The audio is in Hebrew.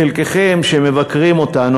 חלקכם שמבקרים אותנו,